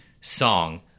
song